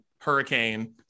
hurricane